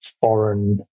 foreign